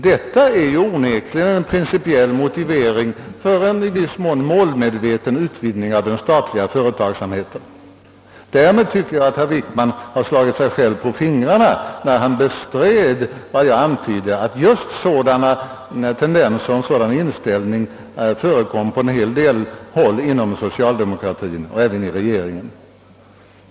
Detta är onekligen en principiell motivering för en i viss mån målmedveten utvidgning av den statliga verksamheten. Därmed tycker jag att herr Wickman också slagit sig själv på fingrarna, eftersom han bestred min antydan om att just en sådan inställning förekommer på en del håll inom socialdemokratin och även i regeringen.